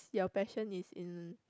your passion is in